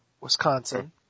Wisconsin